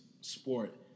sport